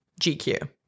gq